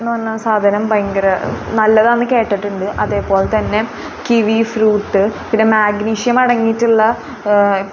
എന്ന് പറഞ്ഞ സാധനം ഭയങ്കര നല്ലതാണെന്ന് കേട്ടിട്ടുണ്ട് അതേപോലെ തന്നെ കിവി ഫ്രൂട്ട് പിന്നെ മാഗ്നീഷ്യം അടങ്ങിയിട്ടുള്ള